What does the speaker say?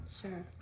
sure